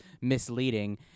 misleading